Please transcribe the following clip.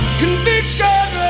conviction